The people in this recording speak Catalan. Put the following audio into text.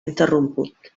interromput